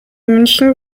münchen